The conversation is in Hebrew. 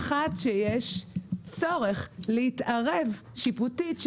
אך עד שיש צורך להתערב שיפוטית,